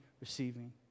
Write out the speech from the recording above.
receiving